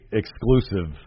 exclusive